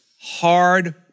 hard